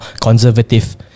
conservative